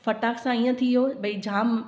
फटाक सां हीअं थियो भई जाम